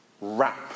wrap